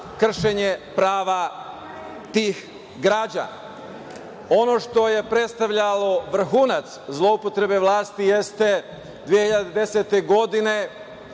kršenje prava tih građana. Ono što je predstavljalo vrhunac zloupotrebe vlasti, jeste 2010. godine